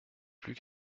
plus